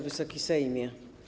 Wysoki Sejmie!